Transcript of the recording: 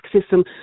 system